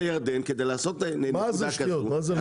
מה זה לא ניתן?